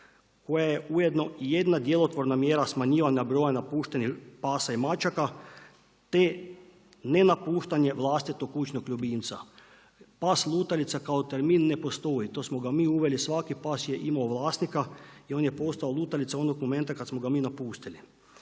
koje je ujedno i jedna djelotvorna mjera smanjivanja broja napuštenih pasa i mačaka, te ne napuštanje vlastitog kućnog ljubimca. Pas lutalica kao termin ne postoji, to smo ga mi uveli, svaki pas je imao vlasnika i on je postao lutalica onog momenta kad smo ga mi napustili.